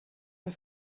mae